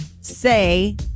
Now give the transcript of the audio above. say